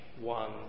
one